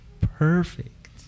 Perfect